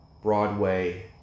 Broadway